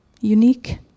unique